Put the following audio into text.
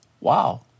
wow